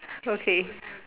okay